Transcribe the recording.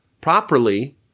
properly